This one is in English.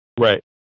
right